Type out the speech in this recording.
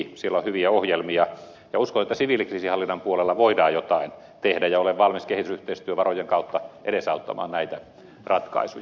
siellä on hyviä ohjelmia ja uskon että siviilikriisinhallinnan puolella voidaan jotain tehdä ja olen valmis kehitysyhteistyövarojen kautta edesauttamaan näitä ratkaisuja